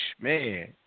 man